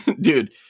Dude